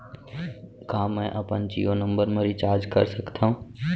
का मैं अपन जीयो नंबर म रिचार्ज कर सकथव?